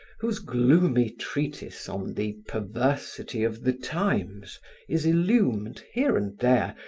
whose gloomy treatise on the pervesity of the times is illumed, here and there,